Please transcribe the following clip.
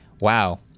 wow